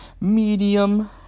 Medium